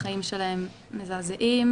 החיים שלהם מזעזעים,